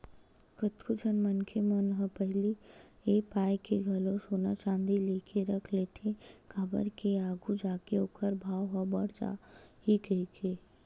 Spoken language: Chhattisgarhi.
कतको झन मनखे मन ह पहिली ए पाय के घलो सोना चांदी लेके रख लेथे काबर के आघू जाके ओखर भाव ह बड़ जाही कहिके